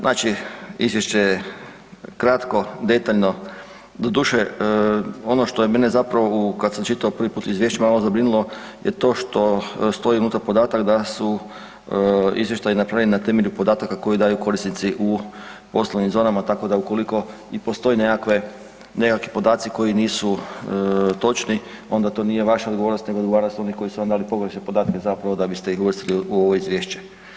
Znači izvješće je kratko, detaljno, doduše, ono što je mene zapravo, kad sam čitao prvi put izvješće, malo zabrinulo je to što stoji unutra podatak da su izvještaj napravili na temelju podataka koje daju korisnici u poslovnim zonama, tako da ukoliko i postoje nekakvi podaci koji nisu točni, onda to nije vaša odgovornost, nego odgovornost ljudi koji su vam dali pogrešne podatke zapravo, da biste ih uvrstili u ovo Izvješće.